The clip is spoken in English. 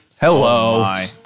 Hello